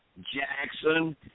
Jackson